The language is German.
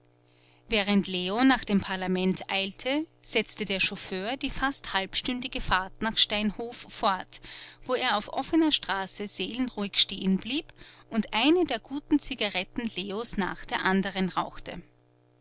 während leo nach dem parlament eilte setzte der chauffeur die fast halbstündige fahrt nach steinhof fort wo er auf offener straße seelenruhig stehen blieb und eine der guten zigaretten leos nach der anderen rauchte